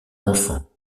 enfants